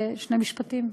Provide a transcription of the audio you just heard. ברשותך, עוד שני משפטים.